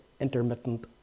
intermittent